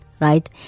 right